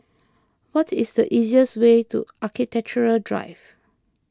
what is the easiest way to Architecture Drive